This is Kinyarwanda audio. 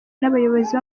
n’abayobozi